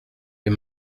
les